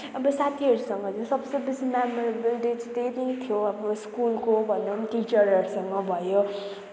अब साथीहरूसँग चाहिँ सबसे बेसी मेमोरेबल डे चाहिँ त्यही दिन थियो स्कुलको भनुम टिचरहरूसँग भयो